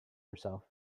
herself